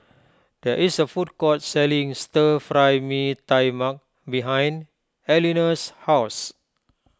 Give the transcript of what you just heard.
there is a food court selling Stir Fry Mee Tai Mak behind Elinor's house